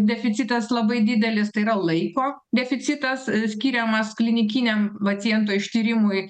deficitas labai didelis tai yra laiko deficitas skiriamas klinikiniam paciento ištyrimui